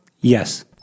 Yes